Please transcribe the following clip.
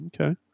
Okay